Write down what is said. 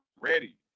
ready